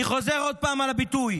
אני חוזר עוד פעם על הביטוי: